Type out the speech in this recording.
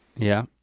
yeah.